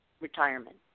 retirement